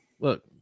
look